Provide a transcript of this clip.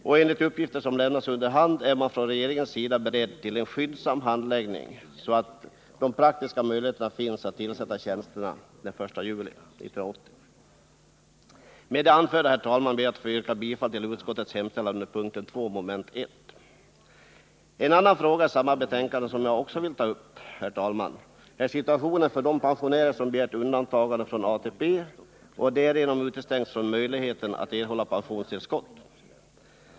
Och enligt uppgifter som lämnats under hand är man från regeringens sida beredd till en skyndsam handläggning så att de praktiska möjligheterna finns att tillsätta tjänsterna den 1 juli 1980. Med det anförda ber jag att få yrka bifall till utskottets hemställan under p. 2 mom. 1. En annan fråga i samma betänkande som jag vill ta upp är, herr talman, situationen för de pensionärer som begärt undantagande från ATP och därigenom utestängts från möjligheterna att erhålla pensionstillskott.